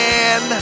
Man